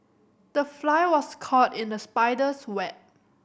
the fly was caught in the spider's web